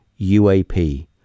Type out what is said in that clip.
uap